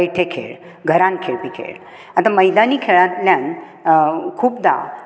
बैठ खेळ घरांत खेळपी खेळ आतां मैदानी खेळांतल्यान खुबदां